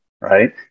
right